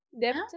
Depth